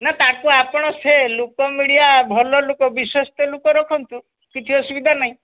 ନା ତାକୁ ଆପଣ ସେ ଲୋକ ଲୋକ ମିଳିବା ଭଲ ବିଶ୍ୱସ୍ତ ଲୋକ ରଖନ୍ତୁ କିଛି ଅସୁବିଧା ନାଇଁ